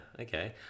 okay